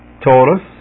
Taurus